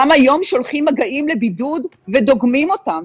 גם היום שולחים מגעים לבידוד, ודוגמים אותם.